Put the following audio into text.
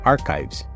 Archives